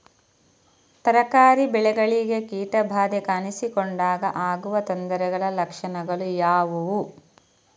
ತರಕಾರಿ ಬೆಳೆಗಳಿಗೆ ಕೀಟ ಬಾಧೆ ಕಾಣಿಸಿಕೊಂಡಾಗ ಆಗುವ ತೊಂದರೆಗಳ ಲಕ್ಷಣಗಳು ಯಾವುವು?